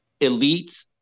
elites